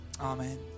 Amen